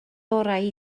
orau